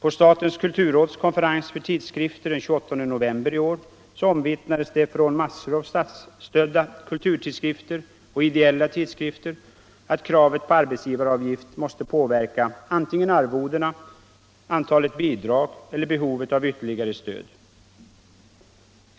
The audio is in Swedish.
På statens kulturråds konferens för tidskrifter den 28 november i år omvittnades det från många statsstödda kulturtidskrifter och ideella tidskrifter att kravet på arbetsgivaravgift måste påverka antingen arvodena, antalet bidrag eller behovet av ytterligare stöd.